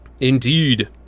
Indeed